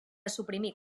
suprimir